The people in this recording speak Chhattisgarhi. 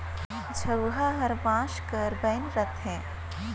झउहा हर बांस कर बइन रहथे